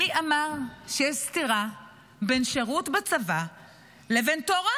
מי אמר שיש סתירה בין שירות בצבא לבין תורה?